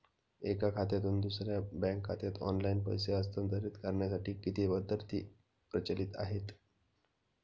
एका खात्यातून दुसऱ्या बँक खात्यात ऑनलाइन पैसे हस्तांतरित करण्यासाठी किती पद्धती प्रचलित आहेत?